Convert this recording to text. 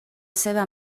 seva